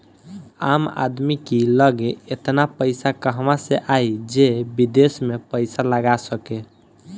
आम आदमी की लगे एतना पईसा कहवा से आई जे विदेश में पईसा लगा सके